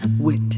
wit